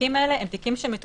התיקים האלה הם תיקים שמטופלים.